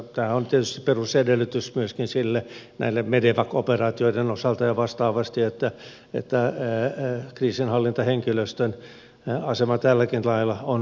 tämä on tietysti perusedellytys myöskin sille medevac operaatioiden osalta ja vastaavasti että kriisinhallintahenkilöstön asema tälläkin lailla on turvattu